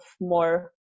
more